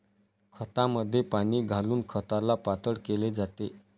खतामध्ये पाणी घालून खताला पातळ केले जाते